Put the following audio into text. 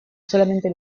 solamente